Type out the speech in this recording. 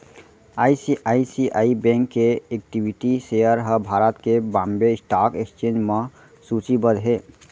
ICICI bank equity इक्विटी सेयर ह भारत के बांबे स्टॉक एक्सचेंज म सूचीबद्ध हे